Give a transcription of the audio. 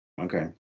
Okay